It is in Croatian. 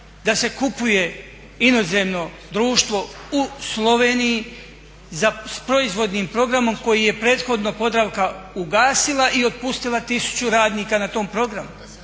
da se kupuje inozemno društvo u Sloveniji sa proizvodnim programom koji je prethodno Podravka ugasila i otpustila tisuću radnika na tom programu,